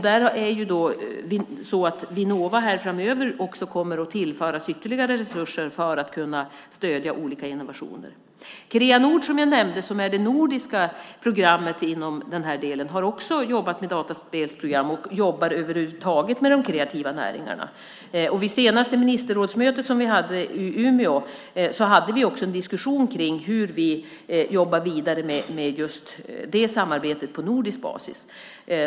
Där är det ju så att Vinnova framöver också kommer att tillföras ytterligare resurser för att kunna stödja olika innovationer. Kreanord, som jag nämnde, som är det nordiska programmet inom den här delen, har också jobbat med dataspelsprogram och jobbar över huvud taget med de kreativa näringarna. Och vid senaste ministerrådsmötet, som vi hade i Umeå, hade vi också en diskussion om hur vi jobbar vidare med just det samarbetet på nordisk basis.